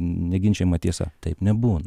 neginčijama tiesa taip nebūna